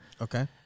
Okay